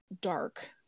dark